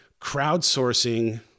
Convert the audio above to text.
crowdsourcing